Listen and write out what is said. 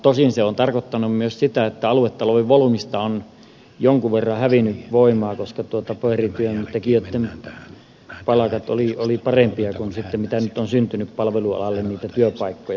tosin se on tarkoittanut myös sitä että aluetalouden volyymista on jonkun verran hävinnyt voimaa koska paperityöntekijöitten palkat olivat parempia kuin mitä nyt on syntynyt palvelualalle työpaikkoja